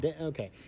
okay